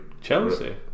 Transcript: Chelsea